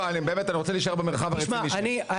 לא, באמת, אני רוצה להישאר במרחב הרציני שנייה.